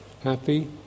happy